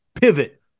pivot